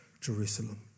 Jerusalem